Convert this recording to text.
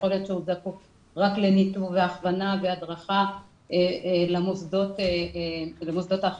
יכול להיות שהוא זקוק רק לניתוב והכוונה והדרכה למוסדות האחרים.